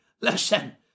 listen